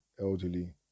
elderly